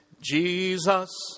Jesus